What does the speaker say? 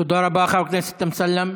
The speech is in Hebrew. תודה רבה, חבר הכנסת אמסלם.